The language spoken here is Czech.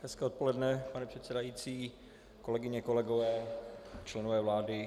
Hezké odpoledne, pane předsedající, kolegyně, kolegové, členové vlády.